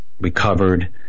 recovered